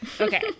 Okay